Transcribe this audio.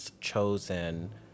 chosen